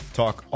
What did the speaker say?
talk